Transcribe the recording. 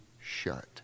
shut